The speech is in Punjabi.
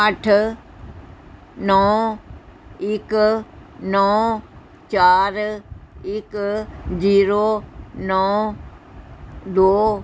ਅੱਠ ਨੌਂ ਇੱਕ ਨੋਂ ਚਾਰ ਇੱਕ ਜ਼ੀਰੋ ਨੌਂ ਦੋ